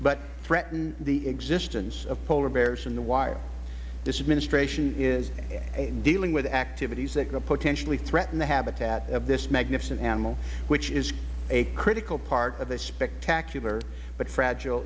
but threaten the existence of polar bears in the wild this administration is dealing with activities that could potentially threaten the habitat of this magnificent animal which is a critical part of a spectacular but fragile